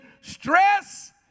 stress